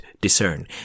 discern